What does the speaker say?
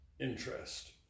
interest